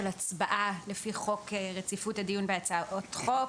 הצבעה לפי חוק רציפות הדיון בהצעות חוק.